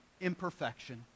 imperfection